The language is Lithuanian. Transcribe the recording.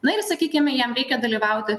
na ir sakykime jam reikia dalyvauti